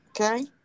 okay